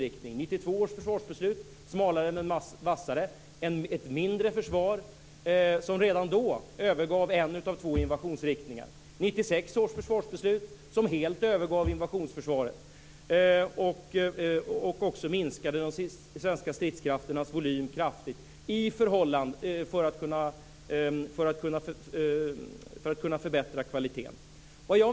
1992 års försvarsbeslut - smalare men vassare - innebar ett mindre försvar som redan då övergav en av två invasionsriktningar. 1996 års försvarsbeslut övergav helt invasionsförsvaret. Det minskade också de svenska stridskrafternas volym kraftigt för att kunna förbättra kvaliteten.